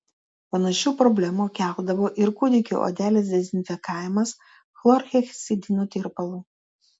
panašių problemų keldavo ir kūdikių odelės dezinfekavimas chlorheksidino tirpalu